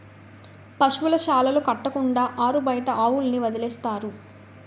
పశువుల శాలలు కట్టకుండా ఆరుబయట ఆవుల్ని వదిలేస్తారు